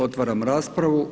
Otvaram raspravu.